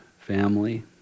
family